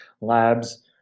Labs